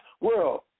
world